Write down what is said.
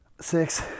six